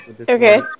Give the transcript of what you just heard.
Okay